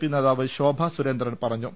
P നേതാവ് ശോഭാസുരേന്ദ്രൻ പറഞ്ഞു